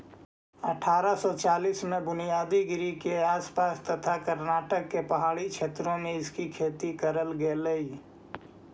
अठारा सौ चालीस में बुदानगिरी के आस पास तथा कर्नाटक के पहाड़ी क्षेत्रों में इसकी खेती करल गेलई